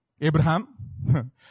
Abraham